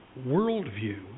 worldview